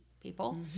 people